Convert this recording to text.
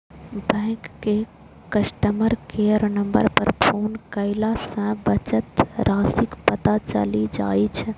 bank के customer care number पर phone कयला सं बचत राशिक पता चलि जाइ छै